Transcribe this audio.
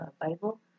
Bible